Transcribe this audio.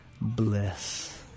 bliss